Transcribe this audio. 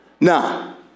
Now